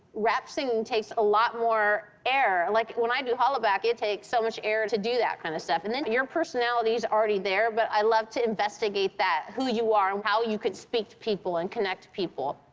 rap-singing takes a lot more air. like, when i do hollaback, it takes so much air to do that kind of stuff. and then your personality's already there, but i love to investigate that, who you are and how you could speak to people and connect to people.